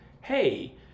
Hey